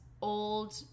old